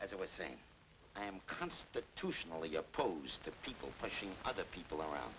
as i was saying i am constitutionally opposed to people pushing other people around